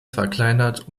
verkleinert